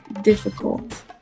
difficult